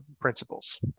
principles